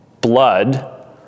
blood